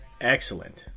excellent